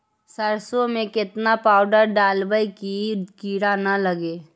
सरसों में केतना पाउडर डालबइ कि किड़ा न लगे?